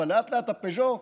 אבל לאט-לאט הפג'ו,